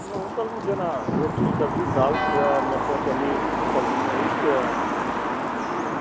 हमरा होटलमे जेना रोटी सब्जी दाल चावल मटर पनीर सब्जीमे ई छै आ